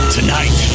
Tonight